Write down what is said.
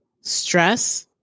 stress